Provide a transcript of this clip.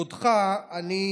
לא